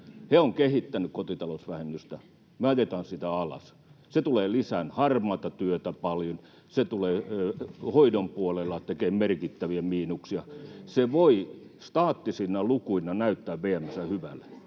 He ovat kehittäneet kotitalousvähennystä, me ajetaan sitä alas. Se tulee lisäämään harmaata työtä paljon, se tulee hoidon puolella tekemään merkittäviä miinuksia. Se voi staattisina lukuina näyttää VM:ssä hyvälle,